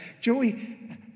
Joey